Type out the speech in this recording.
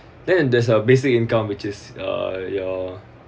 then there's a basic income which is uh your